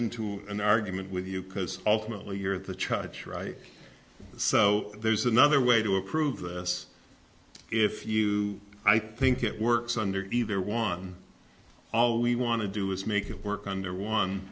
into an argument with you because ultimately you're the charge right so there's another way to approve this if you i think it works under either one all we want to do is make it work under one